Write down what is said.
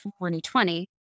2020